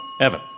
Evan